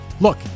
look